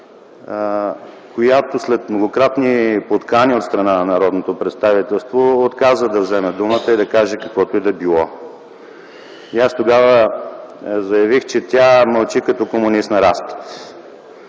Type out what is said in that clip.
която след многократни подкани от страна на народното представителство отказа да вземе думата и да каже каквото и да било. Тогава заявих, че тя мълчи като комунист на разпит.